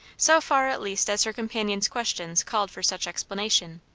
so far at least as her companion's questions called for such explanation,